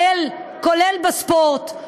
כולל בספורט.